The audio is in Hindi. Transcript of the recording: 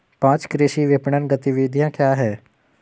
पाँच कृषि विपणन गतिविधियाँ क्या हैं?